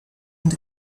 and